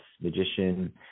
Magician